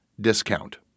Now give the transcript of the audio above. discount